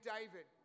David